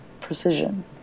precision